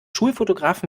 schulfotograf